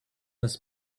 was